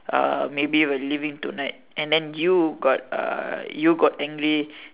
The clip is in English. uh maybe we're leaving tonight and then you got uh you got angry